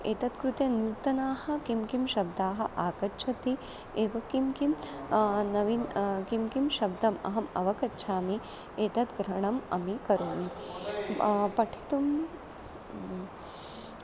एतत् कृते नूतनाः किं किं शब्दाः आगच्छन्ति एव किं किं नवीनं किं किं शब्दम् अहम् अवगच्छामि एतद् ग्रहणम् अपि करोमि पठितुं